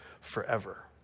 forever